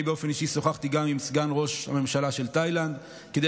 אני באופן אישי שוחחתי גם עם סגן ראש הממשלה של תאילנד כדי